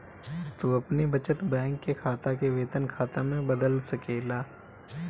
तू अपनी बचत बैंक के खाता के वेतन खाता में बदल सकेला